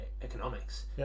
economics